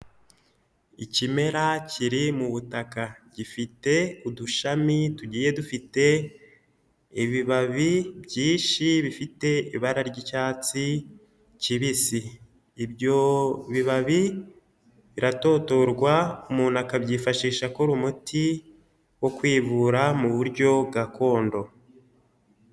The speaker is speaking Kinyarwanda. Ikimera kiri mu butaka gifite udushami tugiye dufite ibibabi byinshi bifite ibara ry'icyatsi kibisi, ibyo bibabi biratotorwa umuntu akabyifashisha akora umuti wo kwivura mu buryo gakondo.